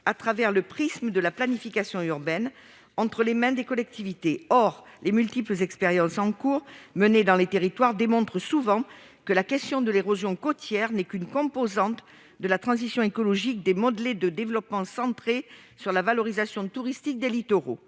travers du prisme de la planification urbaine, qui est entre les mains des collectivités. Or les multiples expériences en cours dans les territoires démontrent souvent que la question de l'érosion côtière n'est qu'une composante de la transition écologique de modèles de développement centrés sur la valorisation touristique des littoraux.